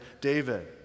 David